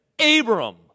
Abram